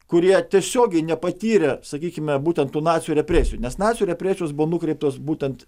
kurie tiesiogiai nepatyrė sakykime būtent tų nacių represijų nes nacių represijos buvo nukreiptos būtent